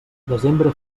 desembre